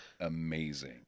amazing